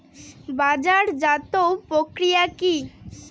বাজারজাতও প্রক্রিয়া কি?